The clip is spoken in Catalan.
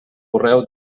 correu